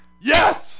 Yes